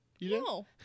No